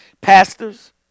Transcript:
pastors